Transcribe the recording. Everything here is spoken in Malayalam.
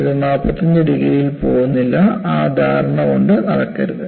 ഇത് 45 ഡിഗ്രിയിൽ പോകുന്നില്ല ആ ധാരണ കൊണ്ട് നടക്കരുത്